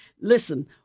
Listen